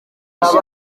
yaje